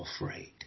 afraid